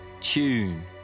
tune